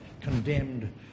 condemned